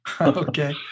Okay